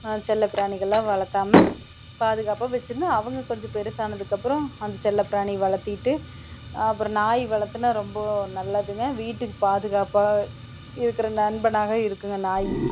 செல்லப்பிராணிகளெலாம் வளர்த்தாம பாதுகாப்பாக வெச்சுருந்து அவங்க கொஞ்சம் பெருசானதுக்கப்புறோம் அந்த செல்லப்பிராணி வளர்த்திட்டு அப்புறோம் நாய் வளர்த்துன்னா ரொம்ப நல்லதுங்க வீட்டுக்கு பாதுகாப்பாக இருக்கிற நண்பனாக இருக்குதுங்க நாய்